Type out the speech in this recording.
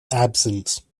absence